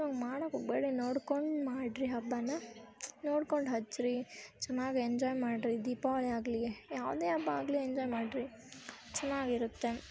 ಇವಾಗ ಮಾಡಕ್ಕೆ ಹೋಗಬೇಡಿ ನೋಡ್ಕೊಂಡು ಮಾಡಿರಿ ಹಬ್ಬನ ನೋಡ್ಕೊಂಡು ಹಚ್ಚಿರಿ ಚೆನ್ನಾಗಿ ಎಂಜಾಯ್ ಮಾಡಿರಿ ದೀಪಾವಳಿ ಆಗಲಿ ಯಾವುದೇ ಹಬ್ಬ ಆಗಲಿ ಎಂಜಾಯ್ ಮಾಡಿರಿ ಚೆನ್ನಾಗಿರುತ್ತೆ